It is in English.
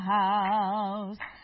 house